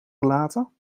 gelaten